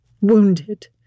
wounded